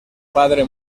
padre